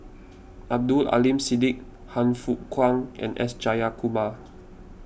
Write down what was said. Abdul Aleem Siddique Han Fook Kwang and S Jayakumar